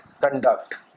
conduct